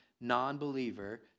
non-believer